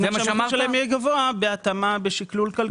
שהמחיר שלהם יהיה גבוה בהתאמה בשקלול כלכלי.